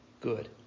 good